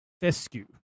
fescue